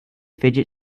fidget